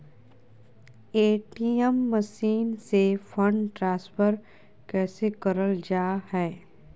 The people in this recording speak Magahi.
ए.टी.एम मसीन से फंड ट्रांसफर कैसे करल जा है?